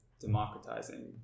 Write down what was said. democratizing